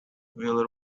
will